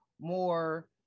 more